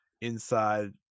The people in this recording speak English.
inside